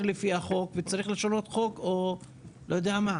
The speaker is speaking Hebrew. לפי החוק וצריך לשנות את החוק או לא יודע מה.